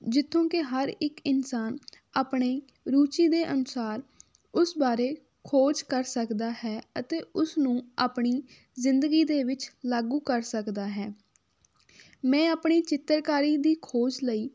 ਜਿੱਥੋਂ ਕਿ ਹਰ ਇੱਕ ਇਨਸਾਨ ਆਪਣੇ ਰੁਚੀ ਦੇ ਅਨੁਸਾਰ ਉਸ ਬਾਰੇ ਖੋਜ ਕਰ ਸਕਦਾ ਹੈ ਅਤੇ ਉਸ ਨੂੰ ਆਪਣੀ ਜ਼ਿੰਦਗੀ ਦੇ ਵਿੱਚ ਲਾਗੂ ਕਰ ਸਕਦਾ ਹੈ ਮੈਂ ਆਪਣੀ ਚਿੱਤਰਕਾਰੀ ਦੀ ਖੋਜ ਲਈ